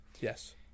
Yes